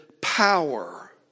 power